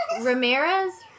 Ramirez